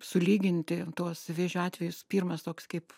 sulyginti tuos vėžio atvejus pirmas toks kaip